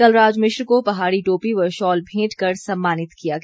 कलराज मिश्र को पहाड़ी टोपी व शॉल भेंट कर सम्मानित किया गया